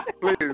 please